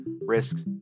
risks